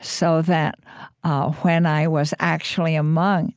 so that when i was actually among